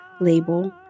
label